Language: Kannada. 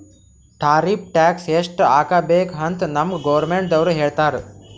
ಟಾರಿಫ್ ಟ್ಯಾಕ್ಸ್ ಎಸ್ಟ್ ಹಾಕಬೇಕ್ ಅಂತ್ ನಮ್ಗ್ ಗೌರ್ಮೆಂಟದವ್ರು ಹೇಳ್ತರ್